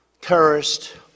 terrorist